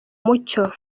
mucyo